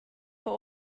for